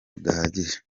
udahagije